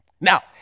Now